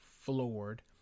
floored